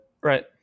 right